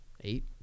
Eight